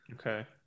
Okay